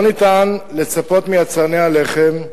לא ניתן לצפות מיצרני הלחם,